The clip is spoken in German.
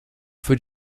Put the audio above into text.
für